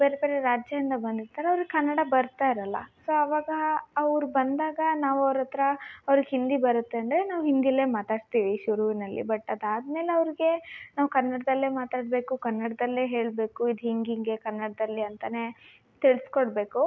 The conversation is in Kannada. ಬೇರೆಬೇರೆ ರಾಜ್ಯಯಿಂದ ಬಂದಿರ್ತಾರೆ ಅವರು ಕನ್ನಡ ಬರ್ತಾ ಇರಲ್ಲ ಸೊ ಆವಾಗ ಅವ್ರು ಬಂದಾಗ ನಾವು ಅವರತ್ತಿರ ಅವ್ರಿಗೆ ಹಿಂದಿ ಬರುತ್ತೆ ಅಂದರೆ ನಾವು ಹಿಂದಿಯಲ್ಲೆ ಮಾತಾಡಿಸ್ತೀವಿ ಶುರುವಿನಲ್ಲಿ ಬಟ್ ಅದಾದ್ಮೇಲೆ ಅವರಿಗೆ ನಾವು ಕನ್ನಡದಲ್ಲೆ ಮಾತಾಡಬೇಕು ಕನ್ನಡದಲ್ಲೆ ಹೇಳಬೇಕು ಇದು ಹೀಗೀಗೆ ಕನ್ನಡದಲ್ಲಿ ಅಂತ ತಿಳಿಸಿಕೊಡ್ಬೇಕು